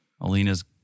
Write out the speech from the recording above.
Alina's